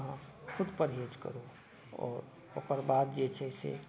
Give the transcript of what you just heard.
अहाँ खुद परहेज करू आओर ओकर बाद जे छै से